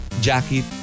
Jackie